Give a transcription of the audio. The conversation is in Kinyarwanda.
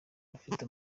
ufite